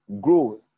Grow